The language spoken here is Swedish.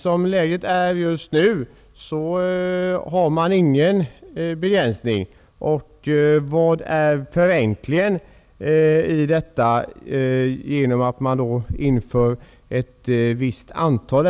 Som läget är just nu, finns det ingen begränsning. Vari ligger förenklingen om man inför begränsningar till ett visst antal?